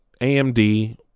AMD